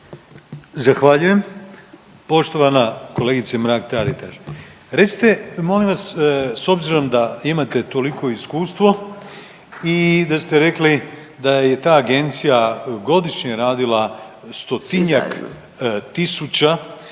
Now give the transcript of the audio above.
Zahvaljujem. Poštovana kolegice Mrak Taritaš. Recite molim vas s obzirom da imate toliko iskustvo i da ste rekli da je ta agencija godišnje radila 100-njak tisuća